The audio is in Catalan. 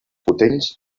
potents